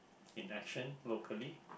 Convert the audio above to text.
in action locally